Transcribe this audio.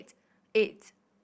eight